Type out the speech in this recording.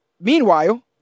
Meanwhile